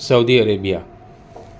Saudi Arabia